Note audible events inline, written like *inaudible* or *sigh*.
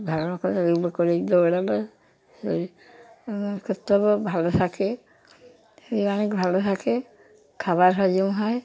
ভালো করে এগুলো করে দৌড়ালে শরীর *unintelligible* ভালো থাকে শরীর অনেক ভালো থাকে খাবার হজম হয়